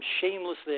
shamelessly